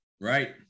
Right